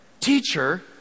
Teacher